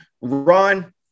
Ron